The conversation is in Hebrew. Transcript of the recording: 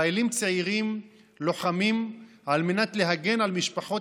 ישראלים צעירים לוחמים על מנת להגן על משפחות